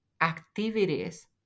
activities